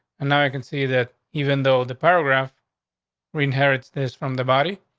and now i can see that even though the paragraph we inherits this from the body,